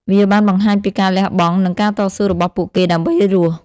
វាបានបង្ហាញពីការលះបង់ និងការតស៊ូរបស់ពួកគេដើម្បីរស់។